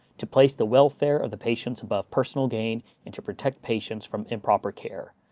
to place the welfare of the patients above personal gain and to protect patients from improper care.